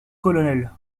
colonel